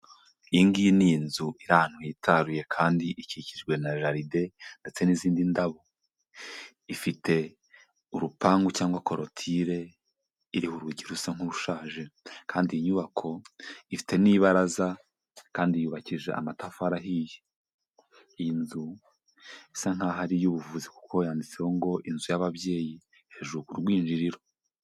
Iyingiyi ni inzu iri ahantu hitaruye, kandi ikikijwe na jaride ndetse n'izindi ndabo, ifite urupangu cyangwa korotire iriho urugi rusa nk'urushaje, kandi iyi nyubako ifite n'ibaraza kandi yubakije amatafari ahiye, iyi inzu isa nk'aho ari iy'buvuzi kuko yanditseho ngo inzu y'ababyeyi hejuru ku rwinjiriro.